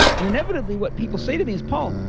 and inevitably what people say to me is, paul,